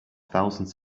thousands